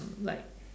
like